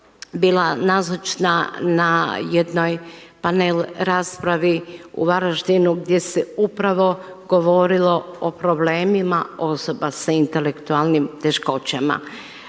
bila nazočna na jednoj panel raspravi u Varaždinu gdje se upravo govorilo o problemima osoba s intelektualnim teškoćama